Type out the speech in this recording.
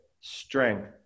strength